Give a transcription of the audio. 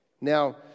Now